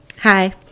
Hi